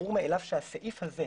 ברור מאליו שהסעיף הזה,